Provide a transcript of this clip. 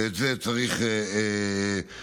ואת זה צריך למנוע.